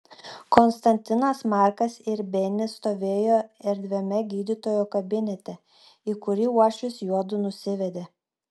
konstantinas markas ir benis stovėjo erdviame gydytojo kabinete į kurį uošvis juodu nusivedė